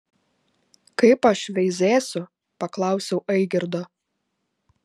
kaip aš veizėsiu paklausiau aigirdo